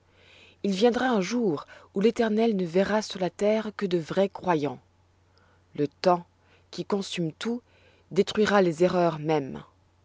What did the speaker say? il viendra un jour où l'éternel ne verra sur la terre que de vrais croyants le temps qui consume tout détruira les erreurs mêmes